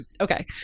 Okay